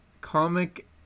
Comic